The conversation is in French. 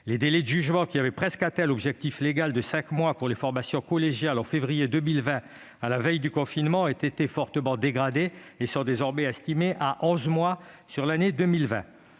Les délais de jugement, qui avaient presque atteint l'objectif légal de cinq mois pour les formations collégiales en février 2020, à la veille du confinement, ont été fortement dégradés et sont désormais estimés à onze mois pour l'année 2020.